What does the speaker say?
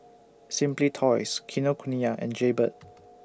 Simply Toys Kinokuniya and Jaybird